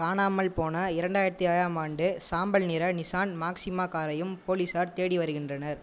காணாமல் போன இரண்டாயிரத்து ஏழாம் ஆண்டு சாம்பல் நிற நிசான் மாக்சிமா காரையும் போலீசார் தேடி வருகின்றனர்